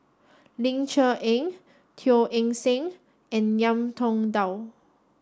Ling Cher Eng Teo Eng Seng and Ngiam Tong Dow